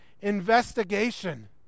investigation